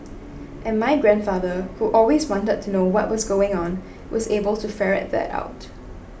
and my grandfather who always wanted to know what was going on was able to ferret that out